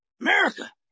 America